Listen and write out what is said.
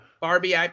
barbie